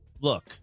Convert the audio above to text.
Look